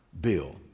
Bill